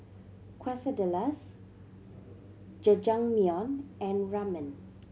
Quesadillas Jajangmyeon and Ramen